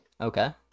okay